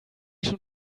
schon